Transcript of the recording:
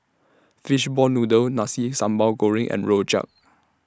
Fishball Noodle Nasi Sambal Goreng and Rojak